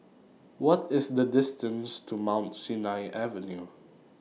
What IS The distance to Mount Sinai Avenue